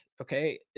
Okay